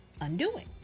undoing